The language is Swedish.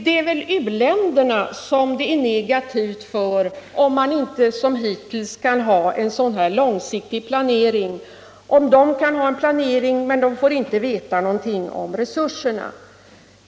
Det är väl uländerna som får känna av om man inte kan ha en sådan långsiktig planering som hittills, dvs. de kan ha en planering men de får inte veta någonting om resurserna.